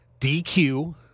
DQ